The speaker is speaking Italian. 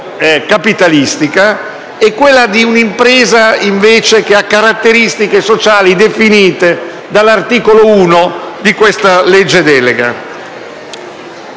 capitalistica e quella di un'impresa che, invece, ha caratteristiche sociali definite dall'articolo 1 del disegno di legge delega